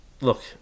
look